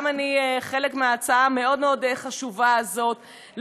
גם אני חלק מההצעה המאוד-מאוד חשובה הזאת,